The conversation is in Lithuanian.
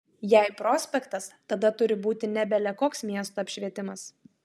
jei prospektas tada turi būt ne bele koks miesto apšvietimas